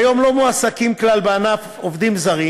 כיום לא מועסקים כלל עובדים זרים